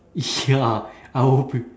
ya I will pre~